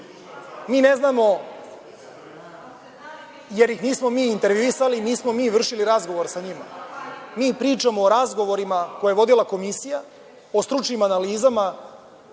Mi ne znamo, jer ih nismo mi intervjuisali, nismo mi vršili razgovor sa njima. Mi pričamo o razgovorima koje je vodila komisija, o stručnim analizama,